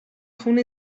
خون